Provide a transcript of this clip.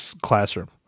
classroom